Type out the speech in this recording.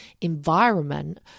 environment